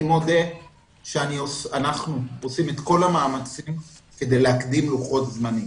אני מודה שאנחנו עושים את כל המאמצים כדי להקדים לוחות זמנים,